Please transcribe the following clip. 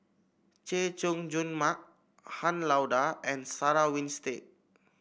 Chay Jung Jun Mark Han Lao Da and Sarah Winstedt